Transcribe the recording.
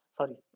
Sorry